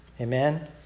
Amen